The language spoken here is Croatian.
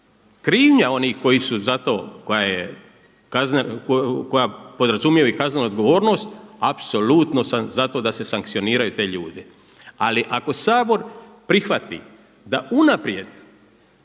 su za to, koja podrazumijeva i kaznenu odgovornost apsolutno sam za to da se sankcionira te ljude. Ali ako Sabor prihvati da unaprijed